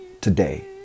today